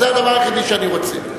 זה הדבר היחידי שאני רוצה,